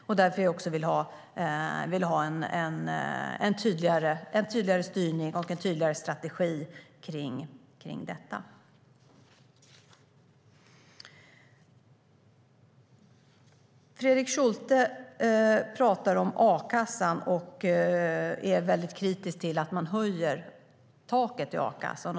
Det är därför jag vill ha en tydligare styrning och en tydligare strategi för detta. Fredrik Schulte talar om a-kassan och är väldigt kritisk till att man höjer taket i a-kassan.